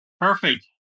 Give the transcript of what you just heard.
perfect